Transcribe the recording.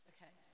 Okay